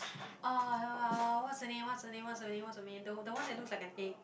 uh what's her name what's her name what's her name what's her name what's her mane the one that looks like an egg